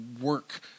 work